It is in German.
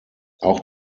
auch